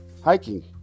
Hiking